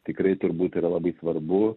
tikrai turbūt yra labai svarbu